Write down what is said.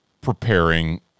preparing